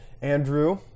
Andrew